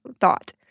thought